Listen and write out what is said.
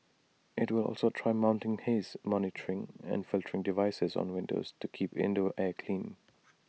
IT will also try mounting haze monitoring and filtering devices on windows to keep indoor air clean